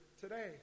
today